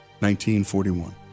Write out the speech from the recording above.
1941